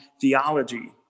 theology